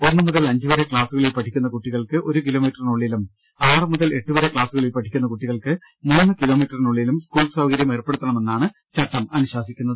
ഒന്നു മുതൽ അഞ്ചു വരെ ക്ലാസുകളിൽ പഠിക്കുന്ന കുട്ടി കൾക്ക് ഒരു കിലോമീറ്ററിനുള്ളിലും ആറു മുതൽ എട്ടു വരെ ക്ലാസു കളിൽ പഠിക്കുന്ന കുട്ടികൾക്ക് മൂന്ന് കിലോമീറ്ററിനുള്ളിലും ്യസ്കൂൾ സൌകര്യം ഏർപ്പെടുത്തണമെന്നാണ് ചട്ടം അനുശാസിക്കുന്നത്